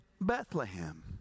Bethlehem